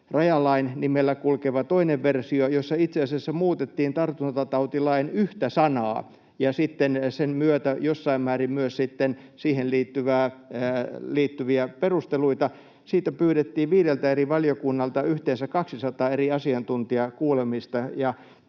rajalain nimellä kulkeva toinen versio, jossa itse asiassa muutettiin tartuntatautilain yhtä sanaa ja sitten sen myötä jossain määrin myös siihen liittyviä perusteluita. Siitä pyydettiin viideltä eri valiokunnalta yhteensä 200 eri asiantuntijakuulemista.